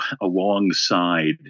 alongside